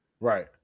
Right